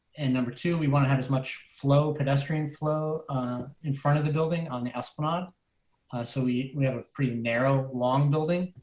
and number two, we want to have as much flow pedestrian flow in front of the building on the esplanade ah so we we have a pretty narrow long building